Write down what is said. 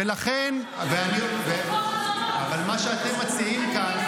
ולכן ------ אבל מה שאתם מציעים כאן,